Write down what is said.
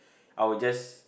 I will just